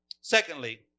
Secondly